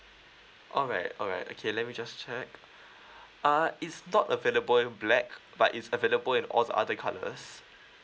alright alright okay let me just check uh it's not available in black but is available in all other colours